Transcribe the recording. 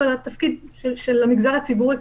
אבל התפקיד של המגזר הציבורי,